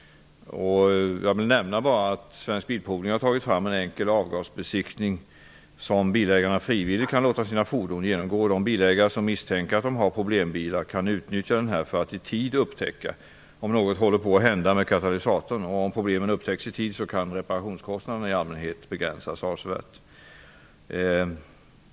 Jag vill nämna att Svensk Bilprovning har tagit fram en enkel avgasbesiktning som bilägarna frivilligt kan låta sina fordon genomgå. De bilägare som misstänker att de har problembilar kan utnyttja denna för att i tid upptäcka om något håller på att hända med katalysatorn. Om problemen upptäcks i tid kan reparationskostnaderna i allmänhet begränsas avsevärt.